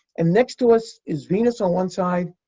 and next to us is venus on one side,